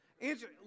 answer